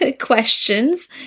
questions